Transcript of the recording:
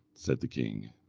said the king,